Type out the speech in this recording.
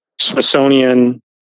Smithsonian